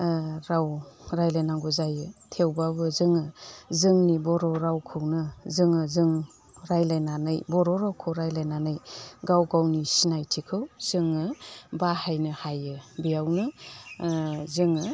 राव रायज्लायनांगौ जायो थेवब्लाबो जोङो जोंनि बर' रावखौनो जोङो जों रायज्लायनानै बर' रावखौ रायज्लायनानै गाव गावनि सिनायथिखौ जोङो बाहायनो हायो बियावनो जोङो